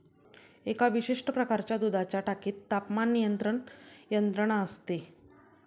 एका विशिष्ट प्रकारच्या दुधाच्या टाकीत तापमान नियंत्रण यंत्रणा असते